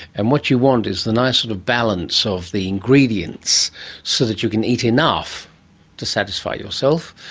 and what you want is the nice sort of balance of the ingredients so that you can eat enough to satisfy yourself,